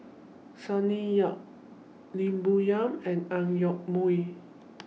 Sonny Yap Lim Bo Yam and Ang Yoke Mooi